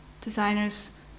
designers